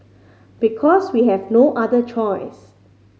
because we have no other choice